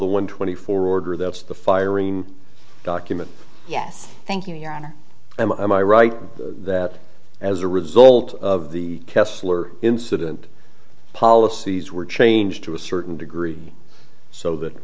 the one twenty four order that's the firing document yes thank you your honor am i right that as a result of the kesler incident policies were changed to a certain degree so that